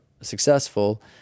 successful